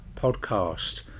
podcast